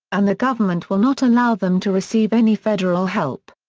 and the government will not allow them to receive any federal help.